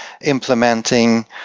implementing